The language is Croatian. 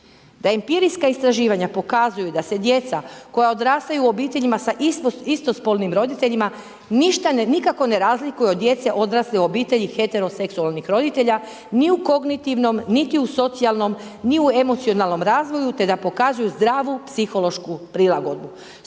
da empirijska istraživanja pokazuju da se djeca koja odrastaju u obiteljima sa istospolnim roditeljima ništa nikako ne razlikuju od djece odrasle u obitelji heteroseksualnih roditelja ni u kognitivnom, niti u socijalnom, ni u emocionalnom razvoju te da pokazuju zdravu psihološku prilagodbu.